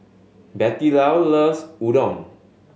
Bettylou loves Udon